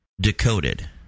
Decoded